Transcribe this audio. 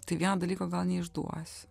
tai vieno dalyko gal neišduosiu